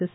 S